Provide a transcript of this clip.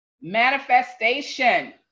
manifestation